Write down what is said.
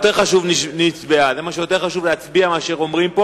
יותר חשוב להצביע מאשר לדבר.